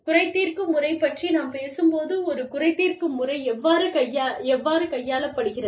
குறை தீர்க்கும் முறை பற்றி நாம் பேசும்போது ஒரு குறை தீர்க்கும் முறை எவ்வாறு கையாளப்படுகிறது